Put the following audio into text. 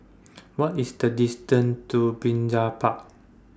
What IS The distance to Brizay Park